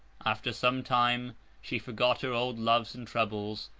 after some time she forgot her old loves and troubles,